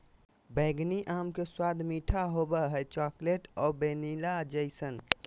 बैंगनी आम के स्वाद मीठा होबो हइ, चॉकलेट और वैनिला जइसन